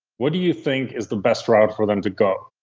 what do you think is the best route for them to go?